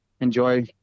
enjoy